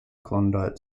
klondike